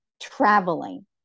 traveling